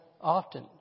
often